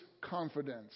confidence